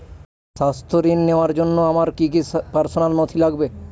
স্বাস্থ্য ঋণ নেওয়ার জন্য আমার কি কি পার্সোনাল নথি লাগবে?